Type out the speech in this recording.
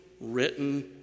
written